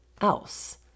else